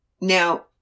Now